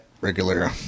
regular